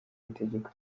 itegeko